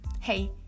hey